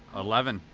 eleven.